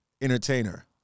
entertainer